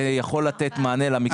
זה יכול לתת מענה למקרה ההוא.